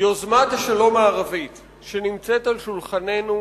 יוזמת השלום הערבית שנמצאת על שולחננו